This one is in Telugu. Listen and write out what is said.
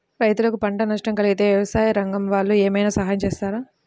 రైతులకు పంట నష్టం కలిగితే వ్యవసాయ రంగం వాళ్ళు ఏమైనా సహాయం చేస్తారా?